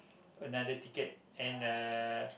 another ticket and uh